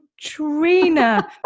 trina